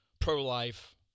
pro-life